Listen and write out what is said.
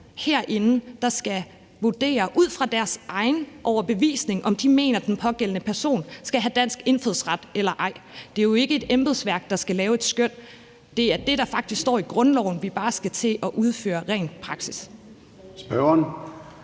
herinde, der skal vurdere, ud fra deres egen overbevisning, om de mener, den pågældende person skal have dansk indfødsret eller ej. Det er jo ikke et embedsværk, der skal lave et skøn. Det er det, der faktisk står i grundloven, vi bare skal til at udføre rent praktisk. Kl.